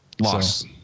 Loss